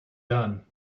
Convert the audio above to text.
done